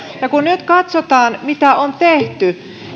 ja kun nyt katsotaan mitä on tehty